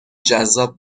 جذاب